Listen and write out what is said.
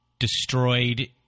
destroyed